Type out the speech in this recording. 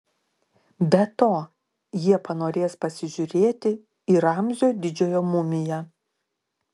be to jie panorės pasižiūrėti į ramzio didžiojo mumiją